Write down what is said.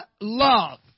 love